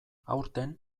aurten